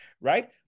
right